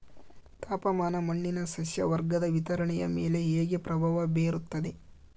ತಾಪಮಾನ ಮಣ್ಣಿನ ಸಸ್ಯವರ್ಗದ ವಿತರಣೆಯ ಮೇಲೆ ಹೇಗೆ ಪ್ರಭಾವ ಬೇರುತ್ತದೆ?